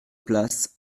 place